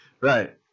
right